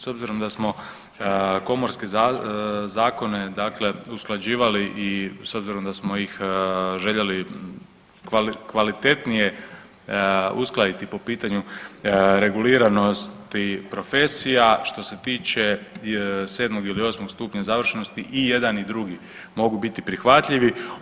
S obzirom da smo komorske zakone, dakle usklađivali i s obzirom da smo ih željeli kvalitetnije uskladiti po pitanju reguliranosti profesija što se tiče sedmog ili osmog stupnja završenosti i jedan i drugi mogu biti prihvatljivi.